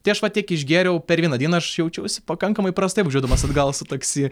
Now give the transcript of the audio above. tai aš va tiek išgėriau per vieną dieną aš jaučiausi pakankamai prastai važiuodamas atgal su taksi